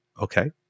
okay